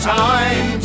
time